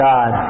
God